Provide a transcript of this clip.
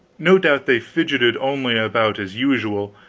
no doubt they fidgeted only about as usual,